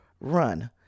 run